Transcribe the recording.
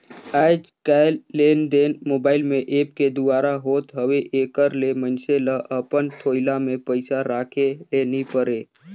आएज काएललेनदेन मोबाईल में ऐप के दुवारा होत हवे एकर ले मइनसे ल अपन थोइला में पइसा राखे ले नी परे